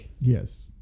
Yes